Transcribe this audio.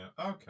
Okay